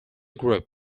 group